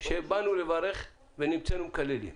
שבאנו לברך ויצאנו מקללים,